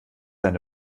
eine